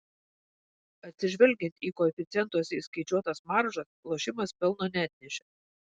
atsižvelgiant į koeficientuose įskaičiuotas maržas lošimas pelno neatnešė